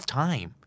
time